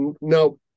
no